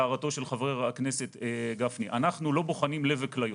הערתו של חבר הכנסת גפני: אנחנו לא בוחנים לב וכליות,